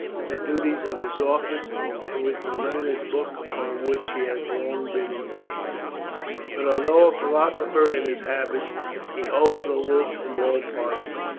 with the duties of his office and with the learned book upon which he has long been engaged but although a philosopher in his habits he holds aloof from all parties,